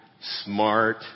smart